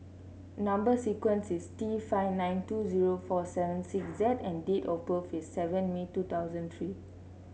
number sequence is T five nine two zero four seven six Z and date of birth is seven May two thousand three